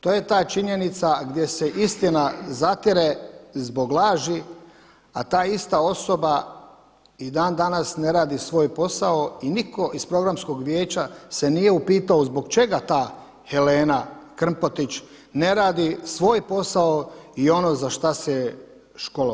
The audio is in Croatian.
To je ta činjenica gdje se istina zatire zbog laži, a ta ista osoba i dan danas ne radi svoj posao i niko iz Programskog vijeća se nije upitao zbog čega ta Helena Krmpotić ne radi svoj posao i ono za šta se je školovala.